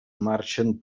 marxen